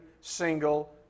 single